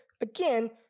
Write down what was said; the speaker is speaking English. again